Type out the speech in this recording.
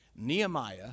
Nehemiah